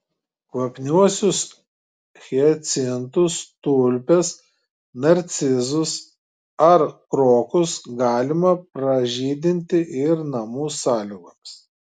kvapniuosius hiacintus tulpės narcizus ar krokus galima pražydinti ir namų sąlygomis